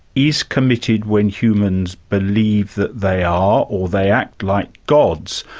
is committed when humans believe that they are or they act like gods,